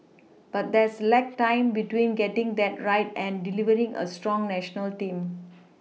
but there's lag time between getting that right and delivering a strong national team